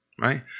right